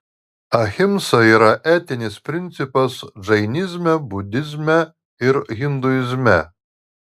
ahimsa yra etinis principas džainizme budizme ir hinduizme